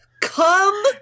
Come